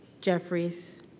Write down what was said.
Jeffries